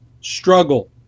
struggle